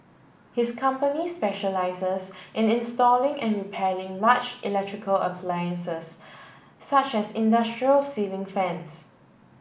his company specialises in installing and repairing large electrical appliances such as industrial ceiling fans